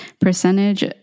Percentage